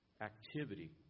activity